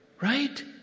Right